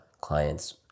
clients